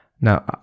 now